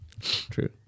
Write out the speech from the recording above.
True